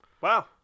Wow